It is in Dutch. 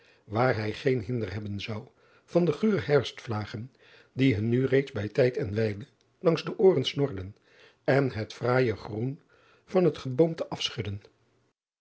waar hij geen hinder hebben zou van de gure herfstvlagen die hun nu reeds bij tijd en wijle langs de ooren snorden en het fraaije groen van het geboomte afschudden